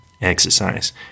exercise